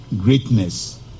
greatness